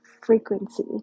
Frequency